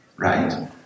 Right